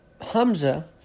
Hamza